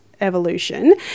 evolution